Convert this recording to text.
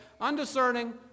undiscerning